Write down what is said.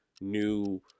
new